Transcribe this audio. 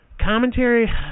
Commentary